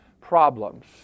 problems